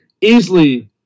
easily